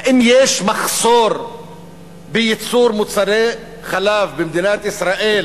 האם יש מחסור בייצור מוצרי חלב במדינת ישראל